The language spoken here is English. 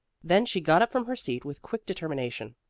then she got up from her seat with quick determination.